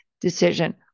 decision